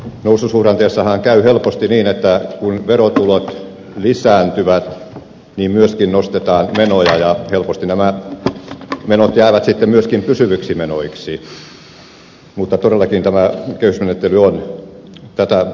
noususuhdanteessahan käy helposti niin että kun verotulot lisääntyvät niin myöskin nostetaan menoja ja helposti nämä menot jäävät sitten myöskin pysyviksi menoiksi mutta todellakin tämä kehysmenettely on tätä kehitystä hillinnyt